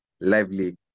lively